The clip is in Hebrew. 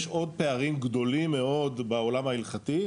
יש עוד פערים גדולים מאוד בעולם ההלכתי,